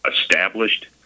established –